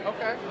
Okay